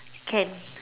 can